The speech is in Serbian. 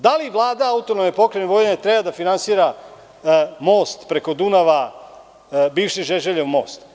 Da li Vlada AP Vojvodine treba da finansira most preko Dunava, bivši Žeželjev most?